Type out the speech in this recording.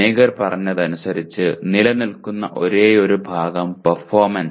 മാഗെർ പറഞ്ഞത് അനുസരിച്ച് നിലനിൽക്കുന്ന ഒരേയൊരു ഭാഗം പെർഫോമൻസാണ്